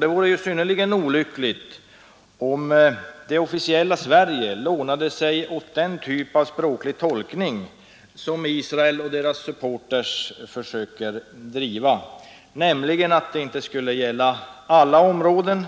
Det vore synnerligen olyckligt om det officiella Sverige lånade sig åt den typ av språklig tolkning som Israel och dess supporters försöker driva, nämligen att det inte skulle gälla alla områden